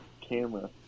camera